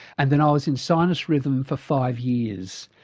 and then i was in sinus rhythm for five years.